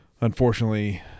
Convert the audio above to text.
Unfortunately